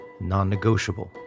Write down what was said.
non-negotiable